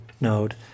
node